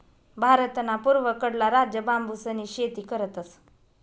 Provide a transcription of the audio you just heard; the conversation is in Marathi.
भारतना पूर्वकडला राज्य बांबूसनी शेती करतस